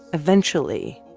eventually,